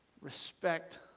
respect